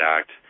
Act